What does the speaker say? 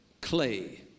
Clay